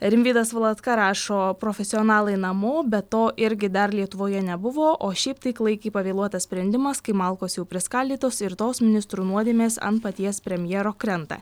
rimvydas valatka rašo profesionalai namo be to irgi dar lietuvoje nebuvo o šiaip tai klaikiai pavėluotas sprendimas kai malkos jau priskaldytos ir tos ministrų nuodėmės ant paties premjero krenta